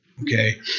Okay